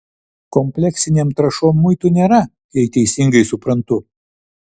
kompleksinėm trąšom muitų nėra jei teisingai suprantu